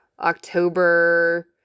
October